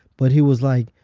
but he was like,